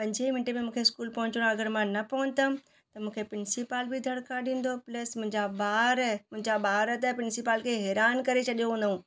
पंजे मिंटे में मूंखे स्कूल पहुचणो आहे अगरि मां न पहुतमि त मूंखे प्रिंसीपल बि दड़िका ॾींदो प्लस मुंहिंजा ॿार मुंहिंजा ॿार त प्रिंसीपल खे हैरानु करे छॾियो हूंदो